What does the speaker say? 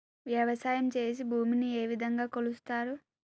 వ్యవసాయం చేసి భూమిని ఏ విధంగా కొలుస్తారు?